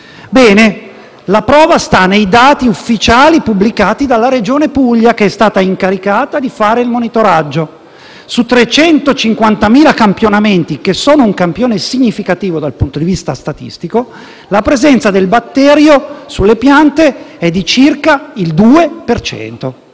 cosa. La prova sta nei dati ufficiali pubblicati dalla Regione Puglia, che è stata incaricata di fare il monitoraggio: su 350.000 campionamenti, che sono un campione significativo dal punto di vista statistico, la presenza del batterio sulle piante è di circa il 2